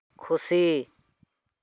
ᱠᱷᱩᱥᱤ